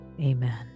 Amen